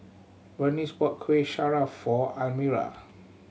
Berniece bought Kuih Syara for Almyra